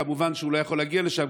וכמובן שהוא לא יכול להגיע לשם,